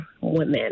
women